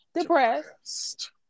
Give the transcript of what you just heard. Depressed